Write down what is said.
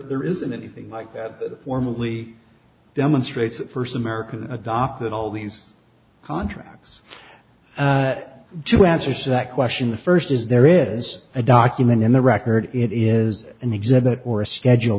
there isn't anything like that formally demonstrates that first american adopted all these contracts two answers to that question the first is there is a document in the record it is an exhibit or a schedule